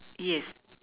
yes